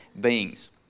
beings